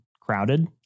crowded